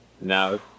now